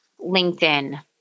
LinkedIn